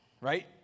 right